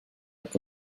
que